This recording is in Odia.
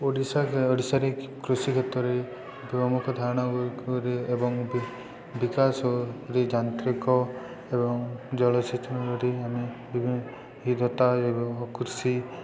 ଓଡ଼ିଶା ଓଡ଼ିଶାରେ କୃଷି କ୍ଷେତ୍ରରେ ପ୍ରମୁଖ ଧାରଣା ଏବଂ ବିକାଶରେ ଯାନ୍ତ୍ରିକ ଏବଂ ଜଳସେଚନରେ ଆମେ ହିଦତା କୃଷି